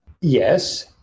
Yes